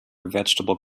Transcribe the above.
vegetable